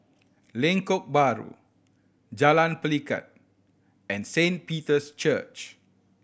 Lengkok Bahru Jalan Pelikat and Saint Peter's Church